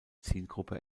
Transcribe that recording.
zielgruppe